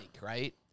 right